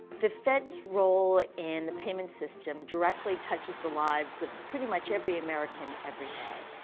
the fed's role in the payment system directly touches the lives of, pretty much, every american every day.